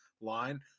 line